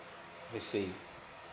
I see